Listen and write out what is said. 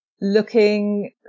looking